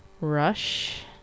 Rush